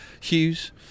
Hughes